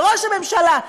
לראש הממשלה,